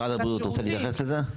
משרד הבריאות רוצה להתייחס לזה?